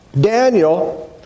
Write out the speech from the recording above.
Daniel